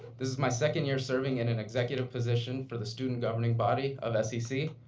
this is my second year serving in an executive position for the student governing body of scc,